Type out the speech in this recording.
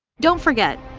don't forget,